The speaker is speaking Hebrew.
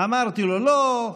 אמרתי לו: לא.